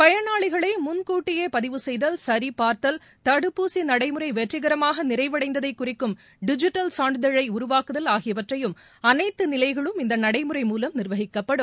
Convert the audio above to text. பயனாளிகளை முன்கூட்டியே பதிவு செய்தல் சரிபார்த்தல் தடுப்பூசி நடைமுறை வெற்றிகரமாக நிறைவடைந்ததை குறிக்கும் டிஜிட்டல் சான்றிதழை உருவாக்குதல் ஆகியவற்றையும் அனைத்து நிலைகளிலும் இந்த நடைமுறை மூலம் நிர்வகிக்கப்படும்